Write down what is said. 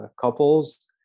couples